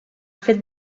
fet